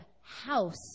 house